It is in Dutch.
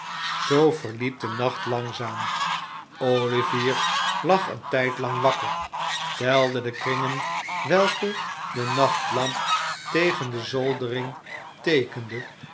zoo verliep de nacht langzaam olivier lag een tijdlang wakker telde de kringen welke de nachtlamp tegen de zoldering teekende